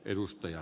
edustaja